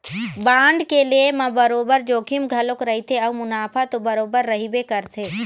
bond के लेय म बरोबर जोखिम घलोक रहिथे अउ मुनाफा तो बरोबर रहिबे करथे